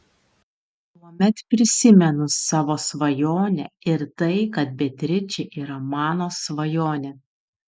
tuomet prisimenu savo svajonę ir tai kad beatričė yra mano svajonė